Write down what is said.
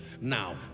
Now